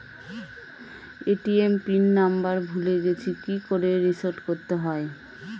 ATM PIN number ভুলে গেছি কি করে রিসেট করতে হয়?